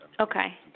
Okay